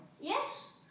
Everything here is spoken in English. Yes